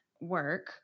work